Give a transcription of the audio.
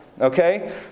okay